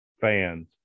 fans